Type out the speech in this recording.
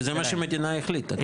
כי זה מה שהמדינה החליטה.